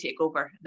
TakeOver